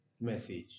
message